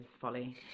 folly